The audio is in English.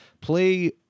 Play